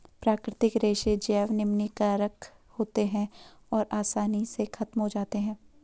प्राकृतिक रेशे जैव निम्नीकारक होते हैं और आसानी से ख़त्म हो जाते हैं